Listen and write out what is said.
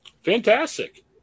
Fantastic